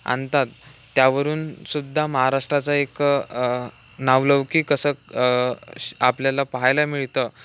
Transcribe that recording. आणतात त्यावरून सुद्धा महाराष्ट्राचं एक नावलौकिक असं आपल्याला पाहायला मिळतं